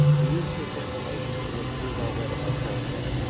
we use this information to improve our webinar program.